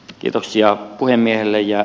kiitoksia puhemiehelle